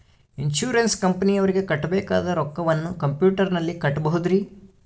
Insurance ಕಂಪನಿಯವರಿಗೆ ಕಟ್ಟಬೇಕಾದ ರೊಕ್ಕವನ್ನು ಕಂಪ್ಯೂಟರನಲ್ಲಿ ಕಟ್ಟಬಹುದ್ರಿ?